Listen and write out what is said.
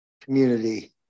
community